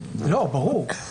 ברור.